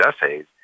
essays